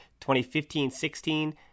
2015-16